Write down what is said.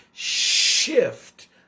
shift